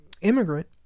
immigrant